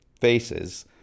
faces